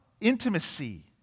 intimacy